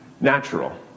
natural